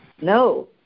No